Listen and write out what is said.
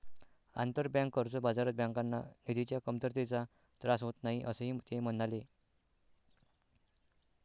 आंतरबँक कर्ज बाजारात बँकांना निधीच्या कमतरतेचा त्रास होत नाही, असेही ते म्हणाले